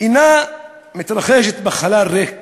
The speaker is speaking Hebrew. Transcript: אינה מתרחשת בחלל ריק